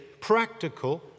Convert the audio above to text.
practical